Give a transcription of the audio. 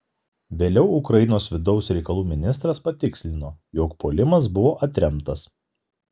vėliau ukrainos vidaus reikalų ministras patikslino jog puolimas buvo atremtas